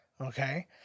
Okay